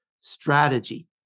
strategy